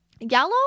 Yellow